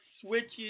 switches